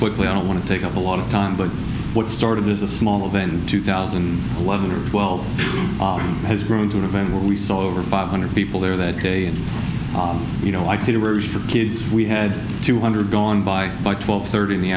quickly i don't want to take up a lot of time but what started as a smaller than two thousand and eleven or twelve has grown to an event where we saw over five hundred people there that day and you know i could a version of kids we had two hundred gone by by twelve thirty in the